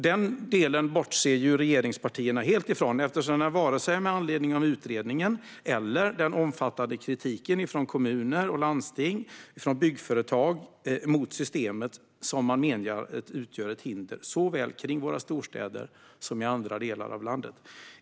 Den delen bortser regeringspartierna helt ifrån, eftersom de inte vidtar någon åtgärd vare sig med anledning av utredningen eller med anledning av den omfattande kritiken från kommuner och landsting och byggföretag mot systemet. Kritikerna menar att systemet utgör ett hinder såväl kring våra storstäder som i andra delar av landet.